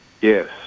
Yes